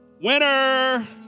Winner